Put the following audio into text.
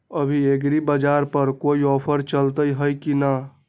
अभी एग्रीबाजार पर कोई ऑफर चलतई हई की न?